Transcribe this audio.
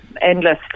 endless